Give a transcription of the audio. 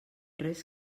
res